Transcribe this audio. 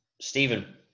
Stephen